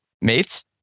mates